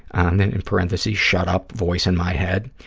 and then in parentheses, shut up, voice in my head.